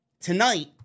Tonight